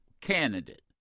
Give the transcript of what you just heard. candidate